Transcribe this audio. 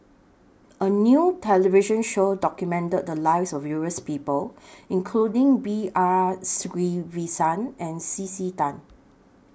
A New television Show documented The Lives of various People including B R Sreenivasan and C C Tan